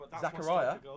Zachariah